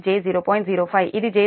05 ఇది j0